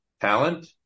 talent